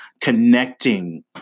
connecting